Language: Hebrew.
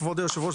כבוד יושב הראש,